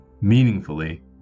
meaningfully